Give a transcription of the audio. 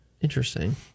Interesting